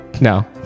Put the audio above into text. No